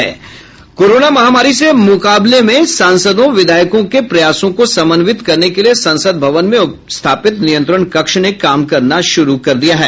corona महामारी से मुकाबले में सांसदों विधायकों के प्रयासों को समन्वित करने के लिए संसद भवन में स्थापित नियंत्रण कक्ष ने काम करना शुरू कर दिया है